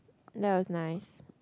that was nice